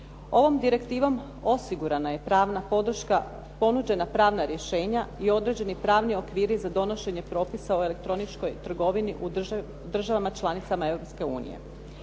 Ovom direktivom osigurana je pravna podrška, ponuđena pravna rješenja i određeni pravni okviri za donošenje propisa o elektroničkoj trgovini u državama članicama